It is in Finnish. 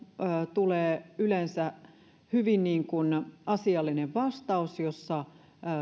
tulee yleensä hyvin asiallinen vastaus jossa